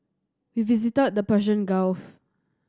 we visited the Persian Gulf